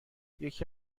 یکی